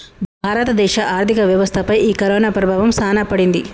భారత దేశ ఆర్థిక వ్యవస్థ పై ఈ కరోనా ప్రభావం సాన పడింది